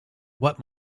what